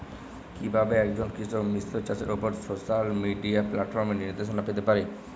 কিভাবে একজন কৃষক মিশ্র চাষের উপর সোশ্যাল মিডিয়া প্ল্যাটফর্মে নির্দেশনা পেতে পারে?